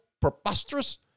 preposterous